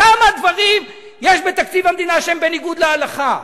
כמה דברים יש בתקציב המדינה שהם בניגוד להלכה?